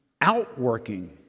outworking